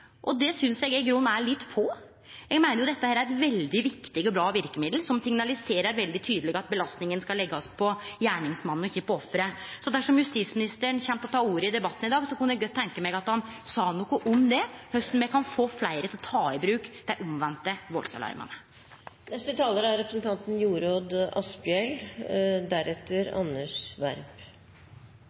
og det synest eg i grunnen er litt lite. Eg meiner dette er eit veldig viktig og bra verkemiddel, som signaliserer veldig tydeleg at belastninga skal leggjast på gjerningsmannen og ikkje på offeret. Så dersom justisministeren kjem til å ta ordet i debatten i dag, kunne eg godt tenkje meg at han sa noko om korleis me kan få fleire til å ta i bruk